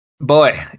Boy